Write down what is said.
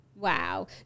Wow